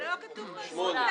אבל לא כתוב פה 24,